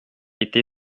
été